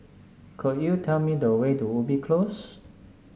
could you tell me the way to Ubi Close